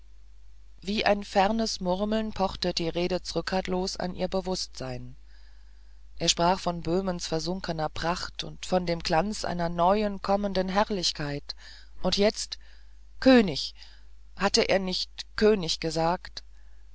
wie fernes murmeln pochte die rede zrcadlos an ihr bewußtsein er sprach von böhmens versunkener pracht und von dem glanz einer neuen kommenden herrlichkeit und jetzt könig hatte er nicht könig gesagt